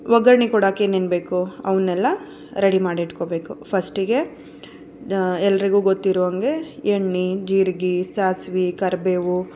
ಒಗ್ಗರ್ಣೆ ಕೊಡೋಕೆ ಏನೇನು ಬೇಕು ಅವನ್ನೆಲ್ಲ ರೆಡಿ ಮಾಡಿ ಇಟ್ಕೊಳ್ಬೇಕು ಫರ್ಸ್ಟಿಗೆ ಎಲ್ಲರಿಗೂ ಗೊತ್ತಿರೋಂಗೆ ಎಣ್ಣೆ ಜೀರ್ಗೆ ಸಾಸ್ವೆ ಕರಿಬೇವು